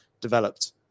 developed